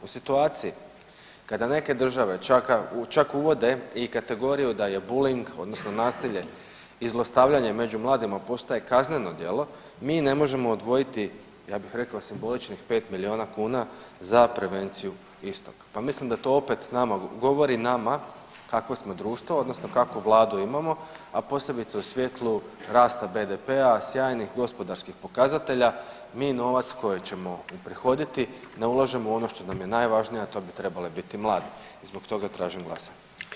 U situaciji kada neke države čak uvode i kategoriju da je buling odnosno nasilje i zlostavljanje među mladima postaje kazneno djelo, mi ne možemo odvojiti ja bih rekao simboličnih 5 milijuna kuna za prevenciju istog, pa mislim da to opet govori nama kakvo smo društvo odnosno kakvu vladu imamo, a posebice u svjetlu rasta BDP-a, sjajnih gospodarskih pokazatelja mi novac koji ćemo uprihoditi ne ulažemo u ono što nam je najvažnije, a to bi trebali biti mladi i zbog toga tražim glasanje.